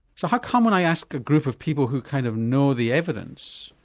so how come when i asked a group of people who kind of know the evidence,